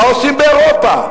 מה עושים באירופה?